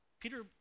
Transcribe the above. Peter